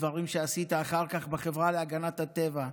דברים שעשית אחר כך בחברה להגנת הטבע,